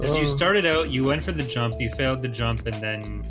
you started out you went for the jump you failed the jump event